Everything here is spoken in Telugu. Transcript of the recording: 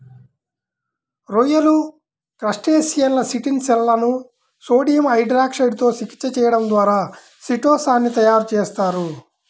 రొయ్యలు, క్రస్టేసియన్ల చిటిన్ షెల్లను సోడియం హైడ్రాక్సైడ్ తో చికిత్స చేయడం ద్వారా చిటో సాన్ ని తయారు చేస్తారు